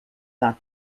that